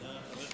תודה.